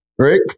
right